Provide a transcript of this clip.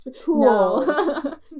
Cool